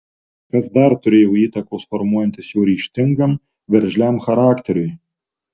kas dar turėjo įtakos formuojantis jo ryžtingam veržliam charakteriui